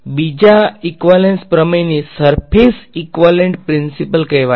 બીજા ઈકવાલેંસ પ્રમેયને surface equivalence principle કહેવાય છે